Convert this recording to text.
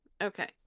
okay